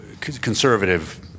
conservative